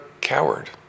coward